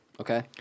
Okay